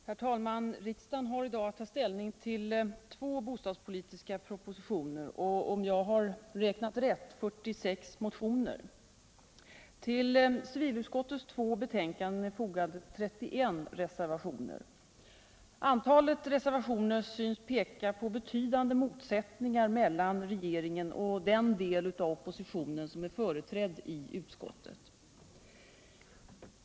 Herr talman! Riksdagen har i dag att ta ställning till två bostadspolitiska propositioner och — om jag räknat rätt — 46 motioner. Till civilutskottets två betänkanden är fogade 31 reservationer. Antalet reservationer synes peka på betydande motsättningar mellan regeringen och den del av oppositionen som är företrädd i utskottet.